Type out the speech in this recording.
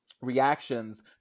reactions